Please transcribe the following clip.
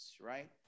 right